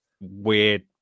weird